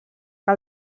que